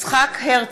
יצחק הרצוג,